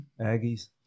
aggies